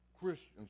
Christians